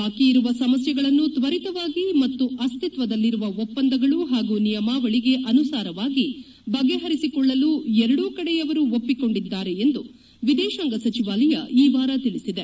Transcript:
ಬಾಕಿ ಇರುವ ಸಮಸ್ಯೆಗಳನ್ನು ತ್ವರಿತವಾಗಿ ಮತ್ತು ಅಸ್ತಿತ್ವದಲ್ಲಿರುವ ಒಪ್ಪಂದಗಳು ಹಾಗೂ ನಿಯಮಾವಳಿಗೆ ಅನುಸಾರವಾಗಿ ಬಗೆ ಪರಿಸಿಕೊಳ್ಳಲು ಎರಡೂಕಡೆಯವರು ಒಪ್ಪಿಕೊಂಡಿದ್ದಾರೆ ಎಂದು ವಿದೇಶಾಂಗ ಸಚಿವಾಲಯ ಈ ವಾರ ತಿಳಿಸಿದೆ